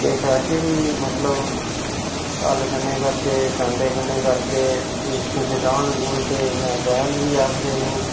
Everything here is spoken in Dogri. किश अज्ज बी मतलब हल्ल कन्नै करदे दांदें कन्नै करदे देस्सी च दांद बोलदे ते इ'यां बैल बी आखदे लोग